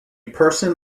person